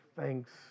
thanks